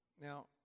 Now